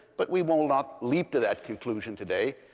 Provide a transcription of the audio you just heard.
but we will not leap to that conclusion today.